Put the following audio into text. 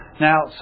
Now